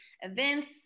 events